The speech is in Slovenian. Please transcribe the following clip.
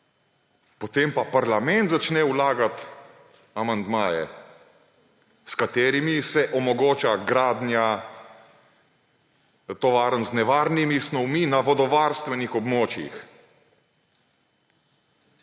potem pa parlament začne vlagati amandmaje, s katerimi se omogoča gradnja tovarn z nevarnimi snovnimi na vodovarstvenih območjih.